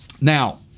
Now